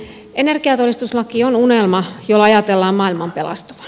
energiatodistuslaki on unelma jolla ajatellaan maailman pelastuvan